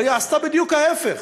היא עשתה בדיוק ההפך,